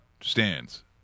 stands